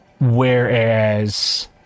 Whereas